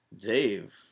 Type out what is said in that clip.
Dave